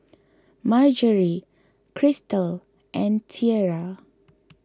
Marjory Cristal and Tiera